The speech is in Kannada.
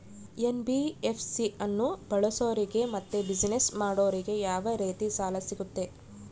ಎನ್.ಬಿ.ಎಫ್.ಸಿ ಅನ್ನು ಬಳಸೋರಿಗೆ ಮತ್ತೆ ಬಿಸಿನೆಸ್ ಮಾಡೋರಿಗೆ ಯಾವ ರೇತಿ ಸಾಲ ಸಿಗುತ್ತೆ?